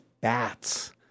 bats